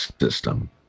system